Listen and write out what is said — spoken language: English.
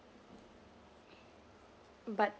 but